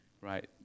right